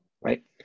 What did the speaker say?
right